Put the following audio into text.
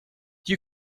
you